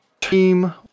Team